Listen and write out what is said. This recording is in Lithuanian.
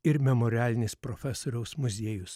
ir memorialinis profesoriaus muziejus